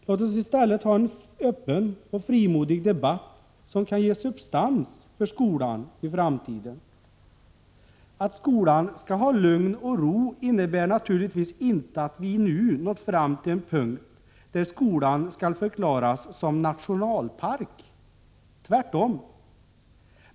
Låt oss i stället ha en öppen och frimodig debatt, som kan ge substans åt skolan i framtiden. Att skolan skall ha lugn och ro innebär naturligtvis inte att vi nu har nått fram till en punkt där skolan skall förklaras som nationalpark — tvärtom.